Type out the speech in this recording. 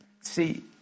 See